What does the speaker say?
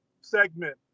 segment